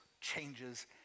changes